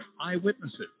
eyewitnesses